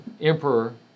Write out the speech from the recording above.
emperor